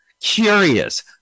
curious